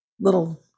little